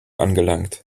angelangt